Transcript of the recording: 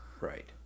Right